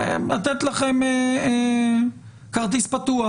לתת לכם כרטיס פתוח.